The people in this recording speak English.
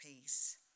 Peace